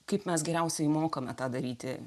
kaip mes geriausiai mokame tą daryti